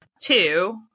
two